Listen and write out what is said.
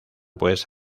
pues